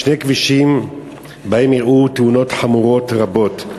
שני כבישים שבהם אירעו תאונות חמורות רבות.